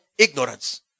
Ignorance